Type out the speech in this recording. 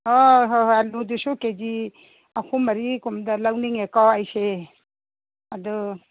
ꯍꯣꯏ ꯍꯣꯏ ꯍꯣꯏ ꯑꯂꯨꯗꯨꯁꯨ ꯀꯦ ꯖꯤ ꯑꯍꯨꯝ ꯃꯔꯤ ꯀꯨꯝꯕꯗ ꯂꯧꯅꯤꯡꯉꯦꯀꯣ ꯑꯩꯁꯤ ꯑꯗꯨ